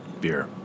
beer